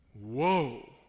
Whoa